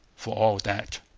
for all that.